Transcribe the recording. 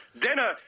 dinner